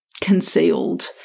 concealed